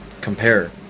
compare